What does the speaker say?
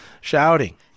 shouting